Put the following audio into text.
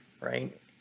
right